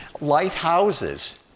lighthouses